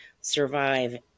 survive